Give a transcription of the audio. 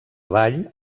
avall